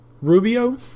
Rubio